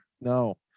No